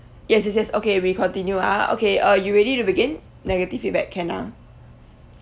yes yes yes okay we continue ah okay uh you ready to begin negative feedback can ah